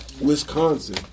Wisconsin